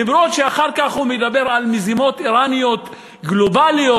אף שאחר כך הוא מדבר על מזימות איראניות גלובליות